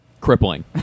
crippling